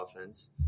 offense